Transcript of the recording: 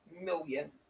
million